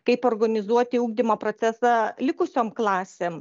kaip organizuoti ugdymo procesą likusiom klasėm